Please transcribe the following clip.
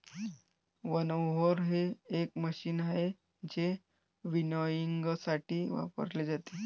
winnower हे एक machine आहे जे विनॉयइंगसाठी वापरले जाते